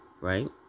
Right